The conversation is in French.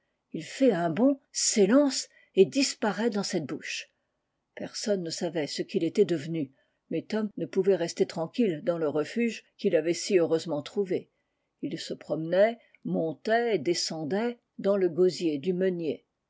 il fait un bond s'élance et disparaît dans cette bouche personne ne savait ce qu'il était devenu mais tom ne pouvait rester tranquille dans le refuge qu'il avait si heureusement trouvé il se promenait montait et descendait dans le gosier du meunier